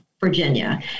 Virginia